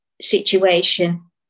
situation